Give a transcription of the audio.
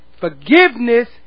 forgiveness